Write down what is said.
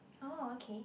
oh okay